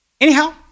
Anyhow